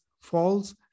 false